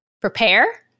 prepare